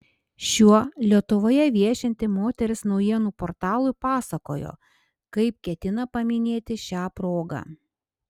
šiuo lietuvoje viešinti moteris naujienų portalui pasakojo kaip ketina paminėti šią progą